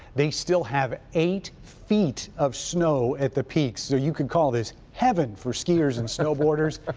they still have eight feet of snow at the peak. so you could call this heaven for skiers and snow boarders.